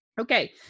Okay